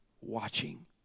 watching